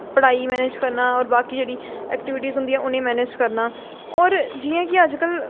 पढ़ाई मैनेज करना होर बाकी जेह्ड़ी ऐक्टीबिटीस होंदियां उ'नेंगी मैनेज करना होर जियां कि अज्ज कल